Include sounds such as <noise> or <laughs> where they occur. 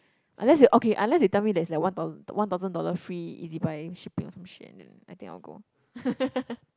unless okay unless you tell me there's that's one thousand one thousand dollars free ezbuy and shipping or some shit and then I think I'll go <laughs>